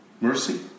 Mercy